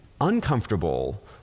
uncomfortable